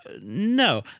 no